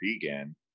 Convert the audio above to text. vegan